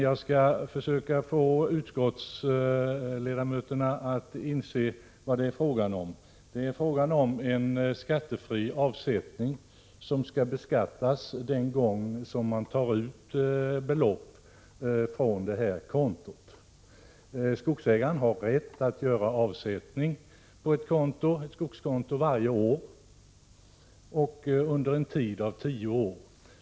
Jag skall försöka att få utskottsledamöterna att inse vad det är fråga om, nämligen en skattefri avsättning, som skall beskattas den gång skogsägaren tar ut beloppet från kontot. Skogsägaren har rätt att göra avsättning på ett skogskonto varje år under en tid av 10 år.